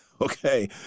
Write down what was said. Okay